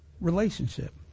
relationship